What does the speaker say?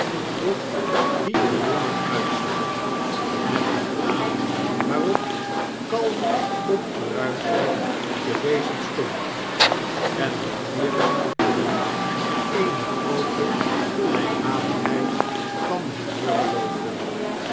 doch die er jonger uitzag met een gelaat waarop kalme opgeruimdheid te lezen stond enmanierendieeenegroote gelykmatigheid van humeur beloofden